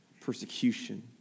persecution